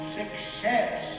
success